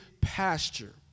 pasture